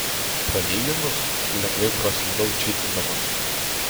palyginus lengvai praslydau čytindamas